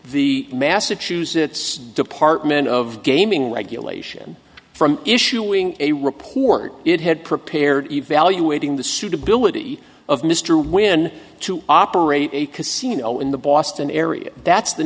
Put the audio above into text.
the massachusetts department of gaming regulation from issuing a report it had prepared evaluating the suitability of mr wynn to operate a casino in the boston area that's the